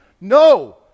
no